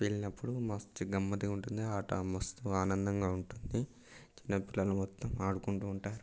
పేలినప్పుడు మస్తు గమ్మత్తుగా ఉంటుంది ఆట మస్తు ఆనందంగా ఉంటుంది చిన్నపిల్లలు మొత్తం ఆడుకుంటుంటారు